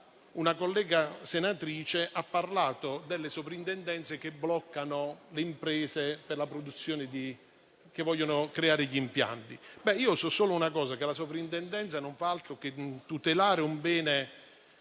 una collega senatrice ha parlato delle sovrintendenze che bloccano le imprese che vogliono creare gli impianti. Io so solo una cosa: la sovrintendenza non fa altro che proteggere un bene